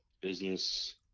business